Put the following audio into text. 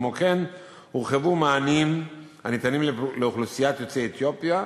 כמו כן הורחבו מענים הניתנים לאוכלוסיית יוצאי אתיופיה,